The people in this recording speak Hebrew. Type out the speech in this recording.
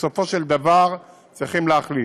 בסופו של דבר צריכים להחליט.